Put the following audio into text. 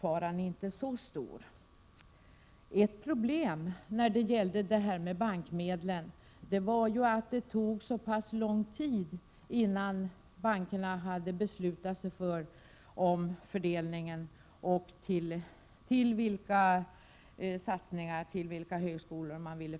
faran inte så stor. Ett problem när det gäller bankmedlen var ju att det tog så pass lång tid innan bankerna hade beslutat sig för fördelningen av medlen till högskolorna.